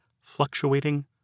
fluctuating